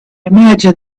imagine